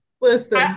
listen